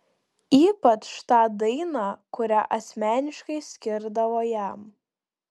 ypač tą dainą kurią asmeniškai skirdavo jam